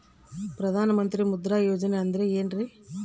ಪ್ರಧಾನ ಮಂತ್ರಿ ಮುದ್ರಾ ಯೋಜನೆ ಅಂದ್ರೆ ಏನ್ರಿ?